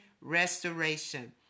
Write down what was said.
restoration